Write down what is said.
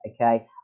Okay